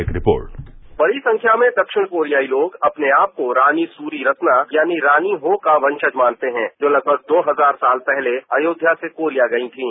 एक रिपोर्ट बड़ी संख्या में दक्षिण कोरियाई लोग अपने आपको रानी सूरी रत्ना यानि रानी हो का वंशज मानते हैं जो लगभग दो हजार साल पहले अयोध्या से कोरिया गई थीं